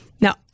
Now